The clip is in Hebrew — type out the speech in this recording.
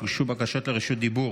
אך הוגשו בקשות לרשות דיבור: